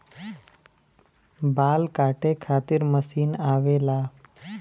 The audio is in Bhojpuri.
बाल काटे खातिर मशीन आवेला